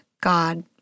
God